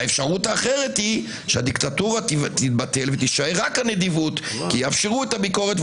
האפשרות האחרת היא שהדיקטטורה תישען רק על נדיבות כי יאפשרו את הביקורת.